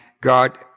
God